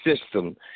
system